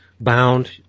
bound